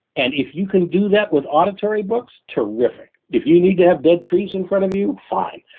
and if you can do that with auditory books, terrific. if you need to have dead trees in front of you, fine.